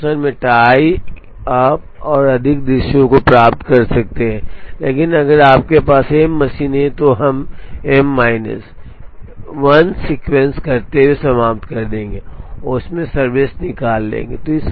Johnson में tie आप और अधिक दृश्यों को प्राप्त कर सकते हैं लेकिन अगर आपके पास एम मशीनें हैं तो हम मी माइनस 1 सीक्वेंस करते हुए समाप्त कर देंगे और उसमें से सर्वश्रेष्ठ निकाल लेंगे